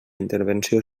intervenció